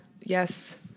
Yes